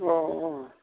अ अ